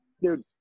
Dude